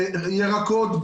ירקות,